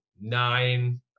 nine